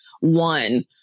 one